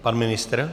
Pan ministr?